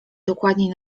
dokładnie